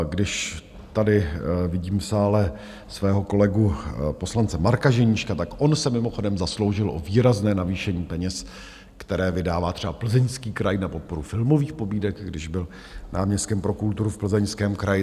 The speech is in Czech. Když tady vidím v sále svého kolegu poslance Marka Ženíška, tak on se mimochodem zasloužil o výrazné navýšení peněz, které vydává třeba Plzeňský kraj na podporu filmových pobídek, když byl náměstkem pro kulturu v Plzeňském kraji.